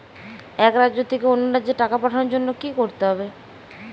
এক রাজ্য থেকে অন্য রাজ্যে টাকা পাঠানোর জন্য কী করতে হবে?